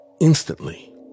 instantly